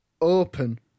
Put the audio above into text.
open